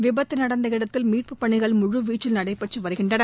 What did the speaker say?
விபத்து நடந்த இடத்தில் மீட்புப் பணிகள் முழு வீச்சில் நடைபெற்று வருகின்றன